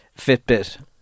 Fitbit